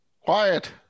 Quiet